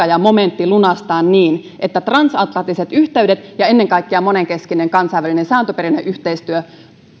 ja momentti lunastaa niin että transatlanttiset yhteydet ja ennen kaikkea monenkeskinen kansainvälinen sääntöperäinen yhteistyö